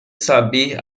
saber